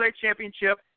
championship